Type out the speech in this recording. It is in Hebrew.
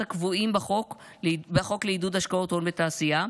הקבועים בחוק לעידוד השקעות הון בתעשייה,